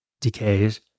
decays